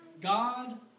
God